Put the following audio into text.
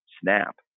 snap